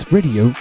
Radio